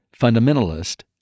fundamentalist